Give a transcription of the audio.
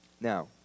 Now